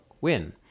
win